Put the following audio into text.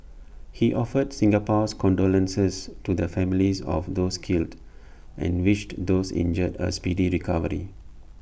he offered Singapore's condolences to the families of those killed and wished those injured A speedy recovery